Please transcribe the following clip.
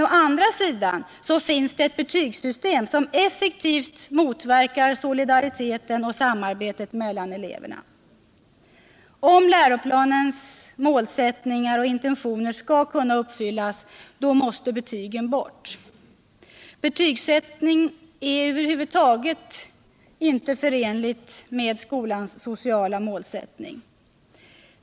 Å andra sidan finns det ett betygssystem som effektivt motverkar solidariteten och samarbetet mellan eleverna. Om läroplanens intentioner skall kunna uppfyllas måste betygen bort. Betygsättning är över huvud taget inte förenlig med skolans sociala målsättning.